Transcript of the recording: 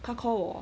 他 call 我